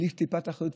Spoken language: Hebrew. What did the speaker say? בלי טיפת אחריות,